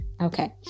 okay